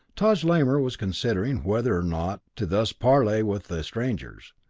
taj lamor was considering whether or not to thus parley with the strangers,